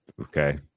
okay